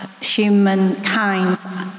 humankind's